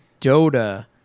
Dota